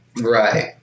Right